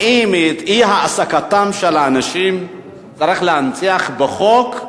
האם את אי-העסקתם של האנשים צריך להנציח בחוק?